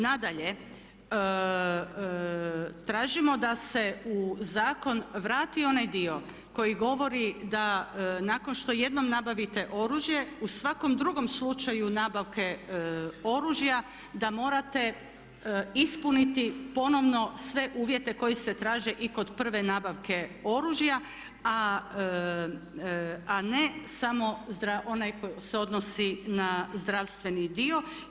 Nadalje, tražimo da se u zakon vrati onaj dio koji govori da nakon što jednom nabavite oružje u svakom drugom slučaju nabavke oružja da morate ispuniti ponovno sve uvjete koji se traže i kod prve nabavke oružja, a ne samo onaj koji se odnosi na zdravstveni dio.